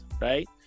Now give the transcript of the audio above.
right